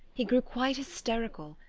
he grew quite hysterical,